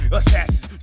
assassins